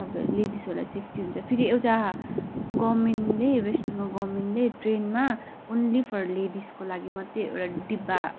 तपाईँ लेडिसहरूलाई सेफ्टी हुन्छ फेरि एउटा गभर्मेन्टले वेस्ट बेङ्गाल गभर्मेन्टले ट्रेनमा ओन्ली फर् लेडिसको लागि मात्रै एउटा डिब्बा